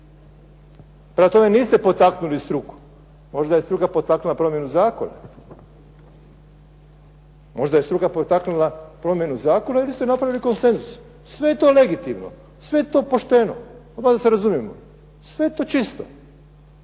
Prema tome, niste potaknuli struku, možda je struka potaknula promjenu zakona, možda je struka potaknula promjenu zakona ili ste napravili konsenzus, sve je to legitimno, sve je to pošteno, da se razumijemo, sve je to čisto.